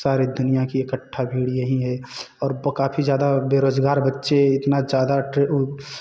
सारी दुनिया की इकट्ठा भीड़ यहीं है और काफ़ी ज्यादा बेरोज़गार बच्चे इतना ट्रे